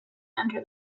enter